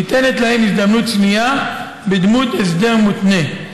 ניתנת להם הזדמנות שנייה בדמות הסדר מותנה.